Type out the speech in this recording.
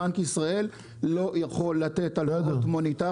בנק ישראל לא יכול לתת הלוואות מוניטריות